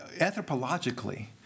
anthropologically